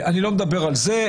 אני לא מדבר על זה,